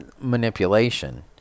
manipulation